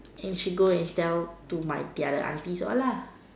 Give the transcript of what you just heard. and she go and tell to my the other aunties all lah